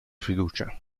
fiducia